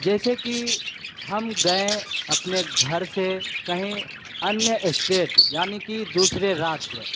जैसे कि हम गए अपने घर से कहीं अन्य स्टेट यानी कि दूसरे राज्य